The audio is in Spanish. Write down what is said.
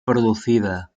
producida